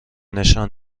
نشان